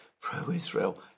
pro-Israel